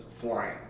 flying